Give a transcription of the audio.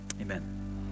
amen